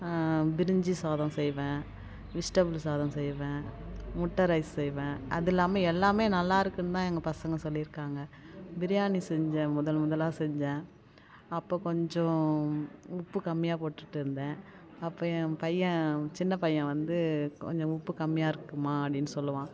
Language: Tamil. பிரிஞ்சி சாதம் செய்வேன் வெஜிடபிள் சாதம் செய்வேன் முட்டை ரைஸ் செய்வேன் அதில்லாம எல்லாமே நல்லாயிருக்குனு தான் எங்கள் பசங்கள் சொல்லியிருக்காங்க பிரியாணி செஞ்சேன் முதல் முதலாக செஞ்சேன் அப்போது கொஞ்சம் உப்பு கம்மியாக போட்டுவிட்டு இருந்தேன் அப்போ என் பையன் சின்ன பையன் வந்து கொஞ்சம் உப்பு கம்மியாக இருக்குதும்மா அப்படின்னு சொல்லுவான்